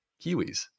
Kiwis